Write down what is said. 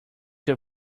your